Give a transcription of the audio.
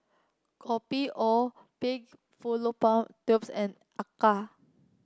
Kopi O Pig Fallopian Tubes and Acar